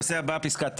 הנושא הבא, פסקה (9).